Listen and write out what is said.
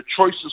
choices